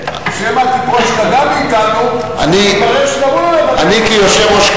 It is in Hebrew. שמא תיפול שגגה מאתנו ויתברר שגם הוא לא